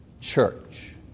church